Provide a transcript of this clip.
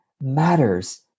matters